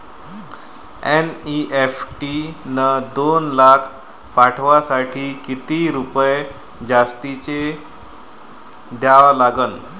NEFT न दोन लाख पाठवासाठी किती रुपये जास्तचे द्या लागन?